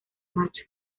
macho